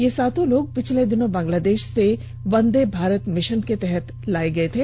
ये सातों लोग पिछले दिनों बांगलादेश से वंदे भारत मिशन के तहत लाए गए थे